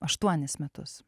aštuonis metus